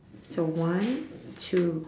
so one two